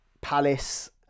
Palace